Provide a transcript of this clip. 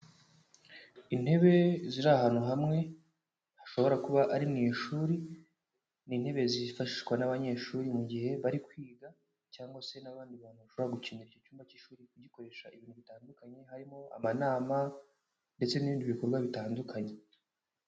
Intebe ziri ahantu hamwe hashobora kuba ari mu ishuri, ni intebe zifashishwa n'abanyeshuri mu gihe bari kwiga, cyangwa se n'abandi bantu bashobora gukenera icyo cyumba cy'ishuri kugikoresha ibintu bitandukanye, harimo amanama ndetse n'ibindi bikorwa bitandukanye.